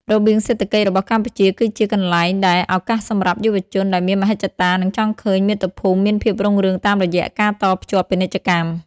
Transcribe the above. របៀងសេដ្ឋកិច្ចរបស់កម្ពុជាគឺជាទីកន្លែងដែលឱកាសសម្រាប់យុវជនដែលមានមហិច្ឆតា និងចង់ឃើញមាតុភូមិមានភាពរុងរឿងតាមរយៈការតភ្ជាប់ពាណិជ្ជកម្ម។